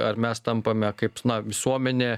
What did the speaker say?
ar mes tampame kaip na visuomenė